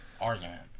argument